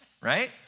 right